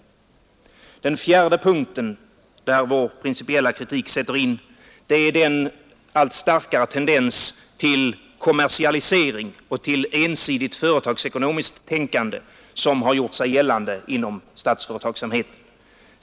Den fjärde punkten där vår principiella kritik sätter in är den allt starkare tendens till kommersialisering och ensidigt företagsekonomiskt tänkande som har gjort sig gällande inom statsföretagsamheten.